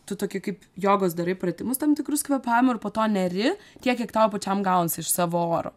tu tokį kaip jogos darai pratimus tam tikrus kvėpavimo ir po to neri tiek kiek tau pačiam gaunasi iš savo oro